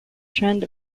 trend